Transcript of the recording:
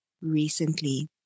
recently